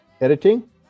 Editing